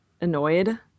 annoyed